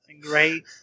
Great